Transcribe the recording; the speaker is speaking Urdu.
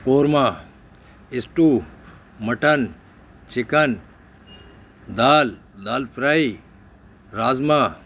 korma stew mutton chicken dal dal fry rajma